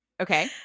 okay